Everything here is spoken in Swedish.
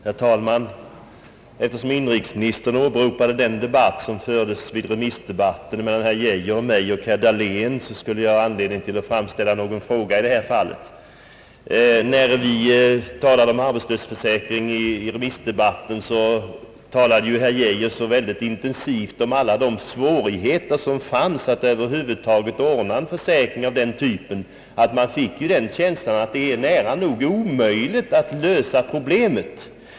Herr talman! Eftersom inrikesministern åberopade den diskussion, som i remissdebatten fördes mellan herr Geijer, herr Dahlén och mig, skulle det vara anledning för mig att ställa en fråga. När vi i remissdebatten talade om arbetslöshetsförsäkringen, så talade herr Geijer så intensivt om alla de svårigheter som förelåg att över huvud taget ordna en försäkring av den typen, att jag fick den känslan att det var nära nog omöjligt att lösa problemet.